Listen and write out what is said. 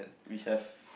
we have